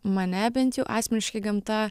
mane bent jau asmeniškai gamta